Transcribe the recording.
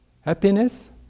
Happiness